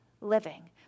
living